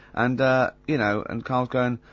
and ah, you know, and karl's goin',